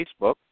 Facebook